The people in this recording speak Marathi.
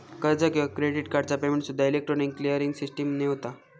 कर्ज किंवा क्रेडिट कार्डचा पेमेंटसूद्दा इलेक्ट्रॉनिक क्लिअरिंग सिस्टीमने होता